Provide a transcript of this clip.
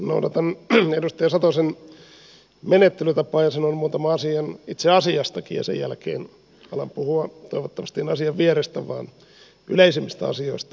noudatan edustaja satosen menettelytapaa ja sanon muutaman asian itse asiastakin ja sen jälkeen alan puhua toivottavasti en asian vierestä yleisemmistä asioista